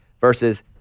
versus